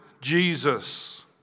Jesus